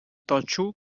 totxo